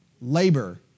Labor